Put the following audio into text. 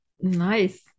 Nice